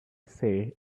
say